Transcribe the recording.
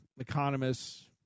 economists